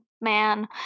man